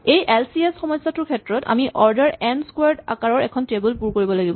এই L C H সমস্যাটোৰ ক্ষেত্ৰত আমি অৰ্ডাৰ এন ক্সোৱাৰড আকাৰৰ এখন টেবল পুৰ কৰিব লাগিব